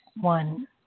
one